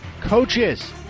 COACHES